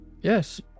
Yes